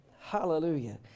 Hallelujah